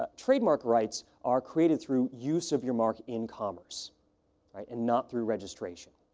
ah trademark rights are created through use of your mark in commerce, right. and not through registration.